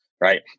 right